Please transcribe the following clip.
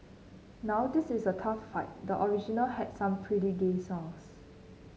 now this is a tough fight the original had some pretty gay songs